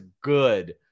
good